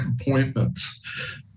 appointments